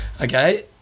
Okay